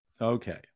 Okay